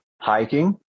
hiking